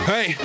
Hey